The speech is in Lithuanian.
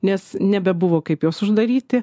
nes nebebuvo kaip jos uždaryti